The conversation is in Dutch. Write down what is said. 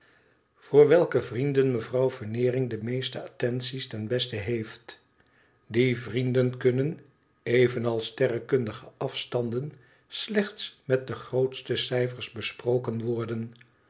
voor welke vrienden mevrouw veneering de meeste attenties ten beste heeft die vrienden kunnen evenals sterrekundige afstanden slechts met de grootste cijfers besproken worden